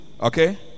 Okay